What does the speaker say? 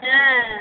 হ্যাঁ